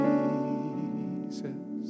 Jesus